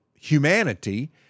humanity